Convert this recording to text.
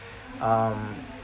um